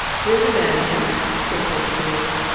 here's your man, miss! said polke cheerily.